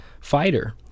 fighter